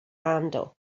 handle